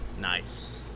Nice